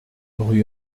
rue